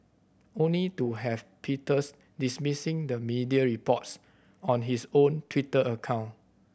only to have Peters dismissing the media reports on his own Twitter account